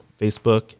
facebook